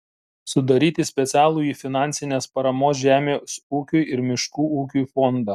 sudaryti specialųjį finansinės paramos žemės ūkiui ir miškų ūkiui fondą